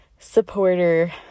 supporter